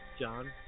John